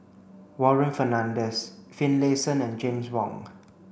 Warren Fernandez Finlayson and James Wong